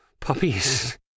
puppies